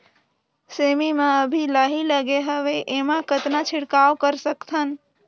सेमी म अभी लाही लगे हवे एमा कतना छिड़काव कर सकथन?